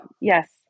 Yes